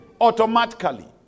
automatically